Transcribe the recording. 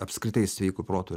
apskritai sveiku protu